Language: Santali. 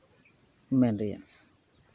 ᱢᱮᱱ ᱨᱮᱭᱟᱜ